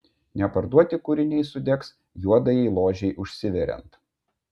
neparduoti kūriniai sudegs juodajai ložei užsiveriant